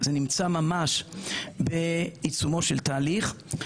זה נמצא ממש בעיצומו שלתהליך,